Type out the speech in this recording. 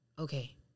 okay